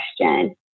question